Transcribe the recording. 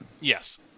Yes